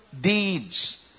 deeds